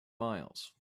miles